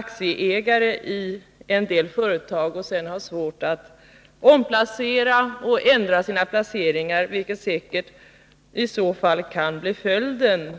aktieägare i en del företag och sedan har svårt att ändra sina placeringar — vilket säkert i så fall skulle bli följden.